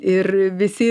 ir visi